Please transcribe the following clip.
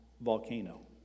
volcano